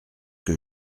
que